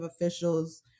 officials